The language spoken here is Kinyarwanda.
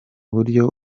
buryo